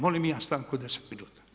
Molim i ja stanku od 10 minuta.